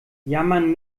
jammern